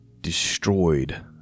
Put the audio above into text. destroyed